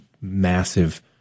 massive